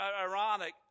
ironic